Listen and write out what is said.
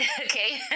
okay